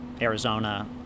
Arizona